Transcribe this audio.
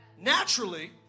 naturally